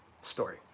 story